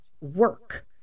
work